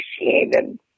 appreciated